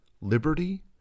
liberty